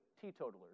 teetotalers